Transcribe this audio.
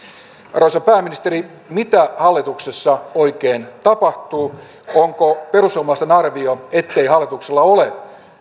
arvoisa pääministeri mitä hallituksessa oikein tapahtuu onko perussuomalaisten arvio ettei hallituksella ole